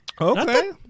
Okay